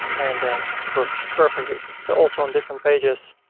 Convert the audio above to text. and then it works perfectly. so also on different pages